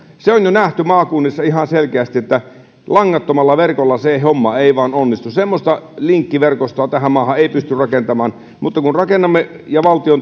se on jo nähty maakunnissa ihan selkeästi että langattomalla verkolla se homma ei vain onnistu semmoista linkkiverkostoa tähän maahan ei pysty rakentamaan mutta kun rakennamme ja